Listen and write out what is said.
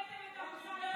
אתם המצאתם את המושג הזה.